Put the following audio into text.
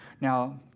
Now